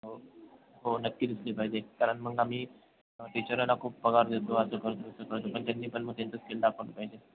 हो हो नक्की दिसली पाहिजे कारण मग आम्ही टीचरांना खूप पगार देतो त्यांनी पण मग त्यांचं स्किल दाखवलं पाहिजे